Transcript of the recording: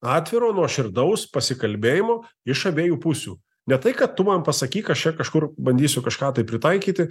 atviro nuoširdaus pasikalbėjimo iš abiejų pusių ne tai kad tu man pasakyk aš čia kažkur bandysiu kažką tai pritaikyti